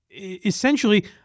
Essentially